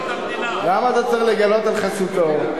למה אתה צריך לגלות על חסותו?